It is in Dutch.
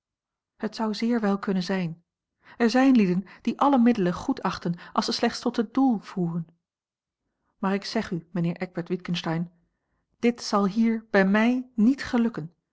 het zou zeer wel kunnen zijn er zijn lieden die alle middelen goed achten als ze slechts tot het doel voeren maar ik zeg u mijnheer eckbert witgensteyn dit zal hier bij mij niet gelukken